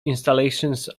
installations